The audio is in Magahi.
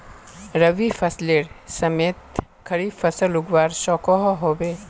रवि फसलेर समयेत खरीफ फसल उगवार सकोहो होबे?